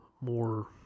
more